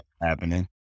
happening